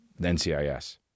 NCIS